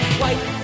white